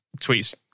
tweets